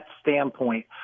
standpoint